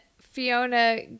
Fiona